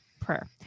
prayer